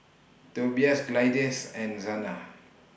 Tobias Gladyce and Zana